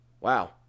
wow